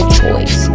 choice